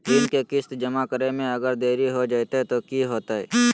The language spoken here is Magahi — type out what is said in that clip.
ऋण के किस्त जमा करे में अगर देरी हो जैतै तो कि होतैय?